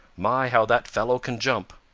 my how that fellow can jump!